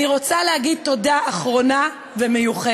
אני רוצה להגיד תודה אחרונה ומיוחדת,